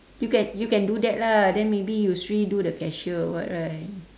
you can you can do that lah then maybe yusri do the cashier or what right